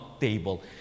table